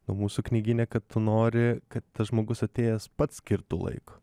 nu mūsų knygyne kad tu nori kad tas žmogus atėjęs pats skirtų laiką